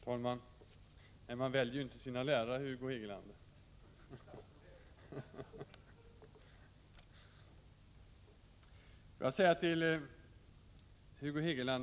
Herr talman! Man väljer ju inte sina lärare, Hugo Hegeland.